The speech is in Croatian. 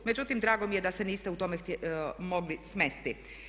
Međutim, drago mi je da se niste u tome mogli smesti.